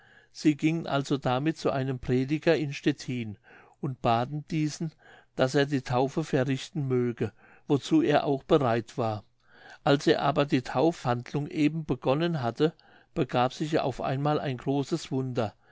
sie gingen also damit zu einem prediger in stettin und baten diesen daß er die taufe verrichten möge wozu er auch bereit war als er aber die taufhandlung eben begonnen hatte begab sich auf einmal ein großes wunder